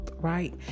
right